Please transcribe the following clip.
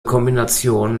kombination